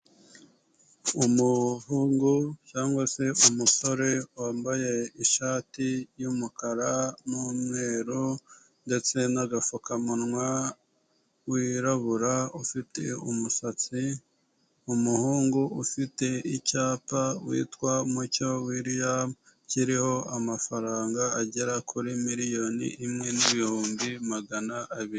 Umuhungu cyangwa se umusore wambaye ishati y'umukara n'umweru ndetse n'agapfukamunwa wirabura ufite umusatsi, umuhungu ufite icyapa witwa Mucyo William, kiriho amafaranga agera kuri miliyoni imwe n'ibihumbi magana abiri.